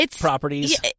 properties